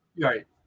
Right